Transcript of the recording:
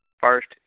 first